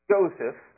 Joseph